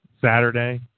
Saturday